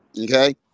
Okay